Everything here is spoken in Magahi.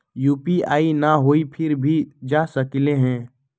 यू.पी.आई न हई फिर भी जा सकलई ह?